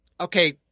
okay